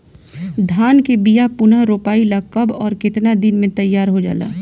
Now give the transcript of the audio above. धान के बिया पुनः रोपाई ला कब और केतना दिन में तैयार होजाला?